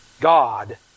God